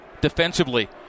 defensively